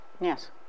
Yes